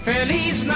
Feliz